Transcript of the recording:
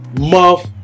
muff